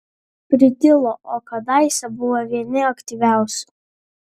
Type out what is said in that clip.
pritilo o kadaise buvo vieni aktyviausių